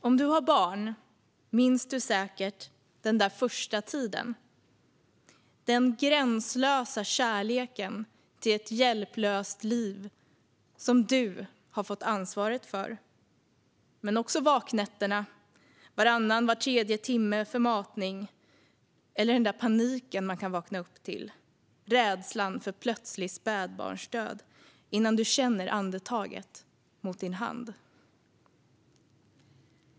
Om du har barn minns du säkert den där första tiden, den gränslösa kärleken till ett hjälplöst liv som du har fått ansvaret för - men också vaknätterna, att vakna varannan eller var tredje timme för matning och den där paniken man kan vakna upp till, rädslan för plötslig spädbarnsdöd, innan du känner andetaget mot din hand.